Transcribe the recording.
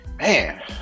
man